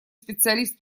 специалист